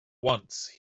once